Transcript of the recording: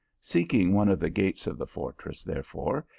seeking one of the gates of the fortress, therefore,